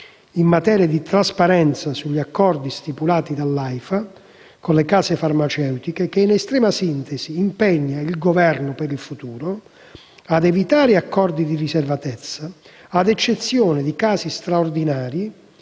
in materia di trasparenza sugli accordi stipulati dall'AIFA con le case farmaceutiche, che in estrema sintesi, impegna il Governo, per il futuro, ad evitare accordi di riservatezza, ad eccezione di casi straordinari